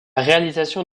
réalisation